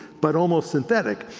but almost synthetic.